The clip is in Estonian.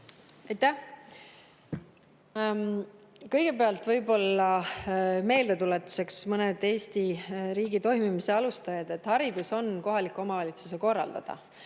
Aitäh! Kõigepealt meeldetuletuseks mõne Eesti riigi toimimise alustala kohta: haridus on kohaliku omavalitsuse korraldada.